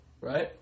right